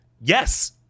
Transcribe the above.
Yes